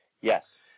Yes